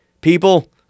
people